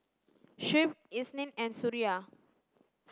Shuib Isnin and Suria